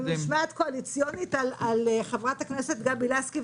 -- שהם יטילו משמעת קואליציונית על חברת הכנסת גבי לסקי,